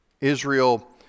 Israel